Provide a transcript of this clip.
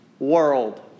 World